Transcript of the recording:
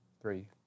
three